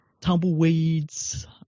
tumbleweeds